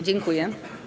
Dziękuję.